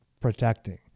protecting